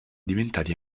diventati